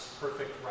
perfect